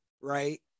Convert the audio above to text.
right